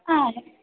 ಹಾಂ